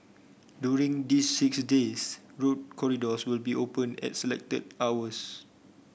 during these six days road corridors will be open at selected hours